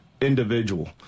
individual